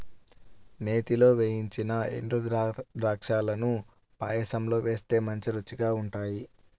నేతిలో వేయించిన ఎండుద్రాక్షాలను పాయసంలో వేస్తే మంచి రుచిగా ఉంటాయి